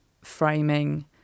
framing